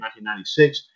1996